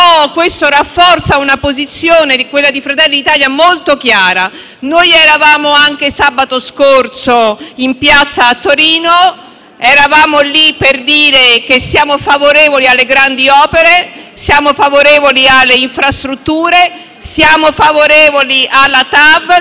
ma rafforza una posizione come quella di Fratelli d'Italia, che è molto chiara: noi eravamo anche sabato scorso in piazza a Torino, per dire che siamo favorevoli alle grandi opere, siamo favorevoli alle infrastrutture, siamo favorevoli alla TAV,